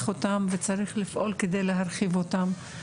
אותם וצריך לפעול על מנת להרחיב אותם.